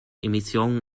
émissions